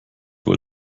wohl